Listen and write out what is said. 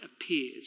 appears